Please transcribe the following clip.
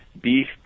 beef